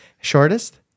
Shortest